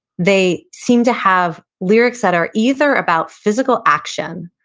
they seem to have lyrics that are either about physical action,